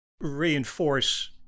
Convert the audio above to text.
reinforce